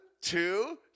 two